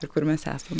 ir kur mes esam